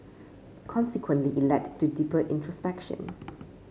consequently it led to deeper introspection